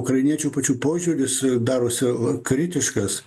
ukrainiečių pačių požiūris darosi kritiškas